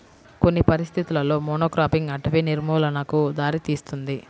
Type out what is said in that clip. కొన్ని పరిస్థితులలో మోనోక్రాపింగ్ అటవీ నిర్మూలనకు దారితీస్తుంది